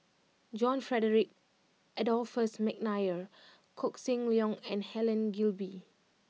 John Frederick Adolphus McNair Koh Seng Leong and Helen Gilbey